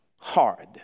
hard